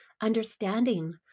understanding